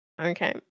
Okay